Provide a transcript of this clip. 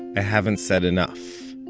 i haven't said enough.